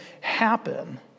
happen